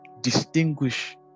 distinguish